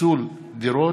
פיצול דירות),